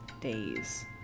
days